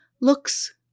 looks